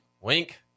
wink